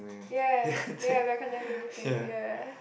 ya ya we are condemn to be free ya